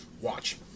watch